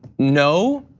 no.